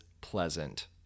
Pleasant